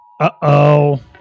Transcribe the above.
Uh-oh